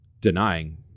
denying